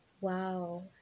wow